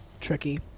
tricky